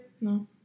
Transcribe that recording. No